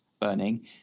burning